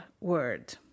word